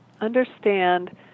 understand